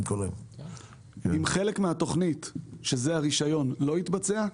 אם חלק מהתוכנית שזה הרישיון לא יתבצע,